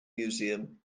museum